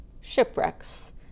Shipwrecks